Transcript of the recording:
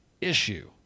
issue